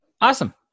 awesome